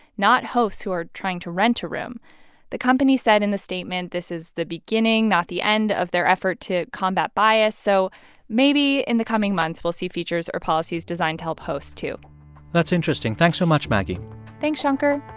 not hosts who are trying to rent a room the company said in the statement this is the beginning, not the end of their effort to combat bias, so maybe in the coming months we'll see features or policies designed to help hosts, too that's interesting. thanks so much, maggie thanks, shankar